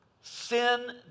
Sin